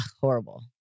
horrible